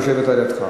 היא יושבת על-ידך.